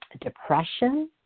depression